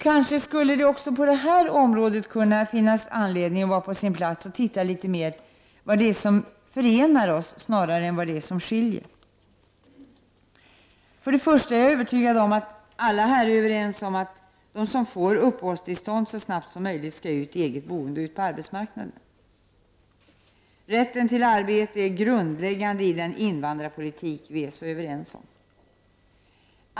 Kanske kunde det också här vara på sin plats att titta litet på vad som förenar oss snarare än vad som skiljer. Jag är övertygad om att alla är överens om att de som får ett uppehållstillstånd så snabbt som möjligt skall ut i eget boende och ut på arbetsmarkna den. Rätten till arbete är grundläggande i den invandrarpolitik vi är så överens om.